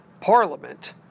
Parliament